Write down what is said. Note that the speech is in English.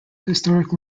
historic